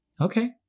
Okay